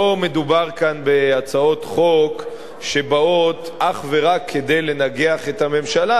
לא מדובר כאן בהצעות חוק שבאות אך ורק כדי לנגח את הממשלה,